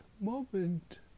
Moment